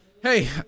Hey